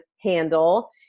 handle